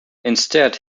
instead